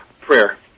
Prayer